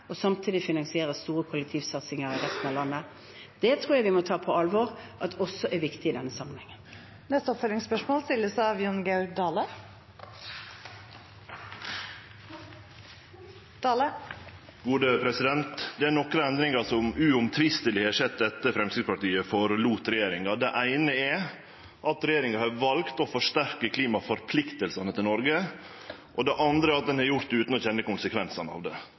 og samtidig finansiere store kollektivsatsinger i resten av landet. Det tror jeg vi må ta på alvor at også er viktig i denne sammenhengen. Jon Georg Dale – til neste oppfølgingsspørsmål. Det er nokre endringar som uomtvisteleg har skjedd etter at Framstegspartiet gjekk ut av regjeringa. Det eine er at regjeringa har valt å forsterke klimaforpliktingane til Noreg, og det andre er at ein har gjort det utan å kjenne konsekvensane av det.